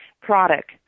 product